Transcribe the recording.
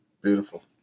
Beautiful